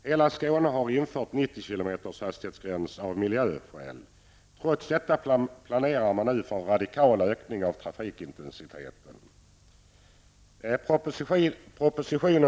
Hela Skåne har av miljöskäl infört hastighetsgränsen 90 km/tim. Trots detta planerar man nu för en radikal ökning av trafikintensiteten.